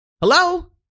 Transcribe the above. hello